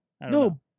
No